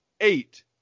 eight